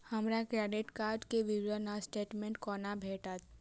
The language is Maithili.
हमरा क्रेडिट कार्ड केँ विवरण वा स्टेटमेंट कोना भेटत?